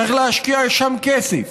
צריך להשקיע שם כסף,